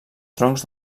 troncs